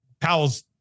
Powell's